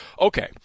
okay